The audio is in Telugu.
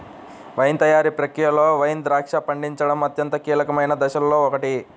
వైన్ తయారీ ప్రక్రియలో వైన్ ద్రాక్ష పండించడం అత్యంత కీలకమైన దశలలో ఒకటి